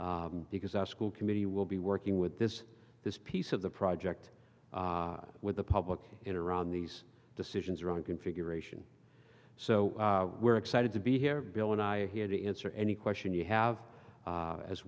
because the school committee will be working with this this piece of the project with the public in around these decisions around configuration so we're excited to be here bill and i hear the answer any question you have a